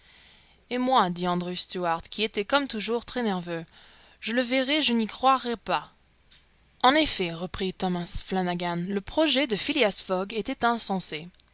et moi dit andrew stuart qui était comme toujours très nerveux je le verrais je n'y croirais pas en effet reprit thomas flanagan le projet de phileas fogg était insensé